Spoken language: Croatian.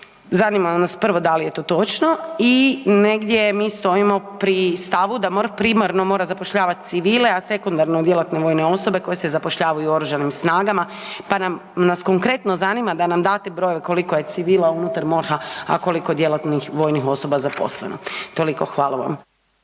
Zanima nas 1. da li je to točno i negdje mi stojimo pri stavu da MORH primarno mora zapošljavati civile a sekundarno djelatne vojne osobe koje se zapošljavaju u Oružanim snagama, pa nas konkretno zanima da nam date broj koliko je civila unutar MORH-a, a koliko djelatnih vojnih osoba zaposleno. Toliko. Hvala vam.